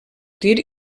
tir